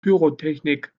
pyrotechnik